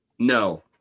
No